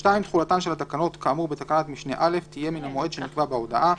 (ב) תחולתן של התקנות כאמור בתקנת משנה (א) תהיה מן המועד שנקבע בהודעה,